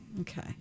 okay